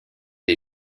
les